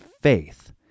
faith